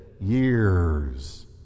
years